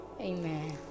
Amen